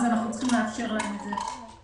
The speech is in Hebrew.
אנחנו צריכים לאפשר להם את זה.